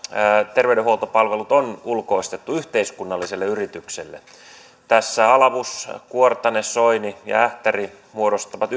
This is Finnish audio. terveydenhuoltopalvelut on ulkoistettu yhteiskunnalliselle yritykselle tässä alavus kuortane soini ja ähtäri muodostavat